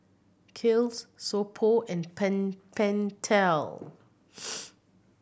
Kiehl's So Pho and Pen Pentel